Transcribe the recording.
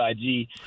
IG